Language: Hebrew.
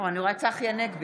לא, אני רואה את צחי הנגבי.